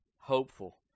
hopeful